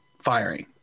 firing